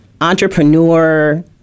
entrepreneur